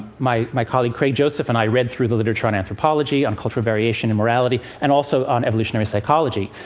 my my colleague craig joseph and i read through the literature on anthropology, on culture variation in morality and also on evolutionary psychology,